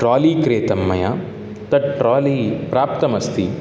trolley क्रीतं मया तत् ट्रोलि प्राप्तमस्ति